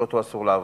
שאותו אסור לעבור.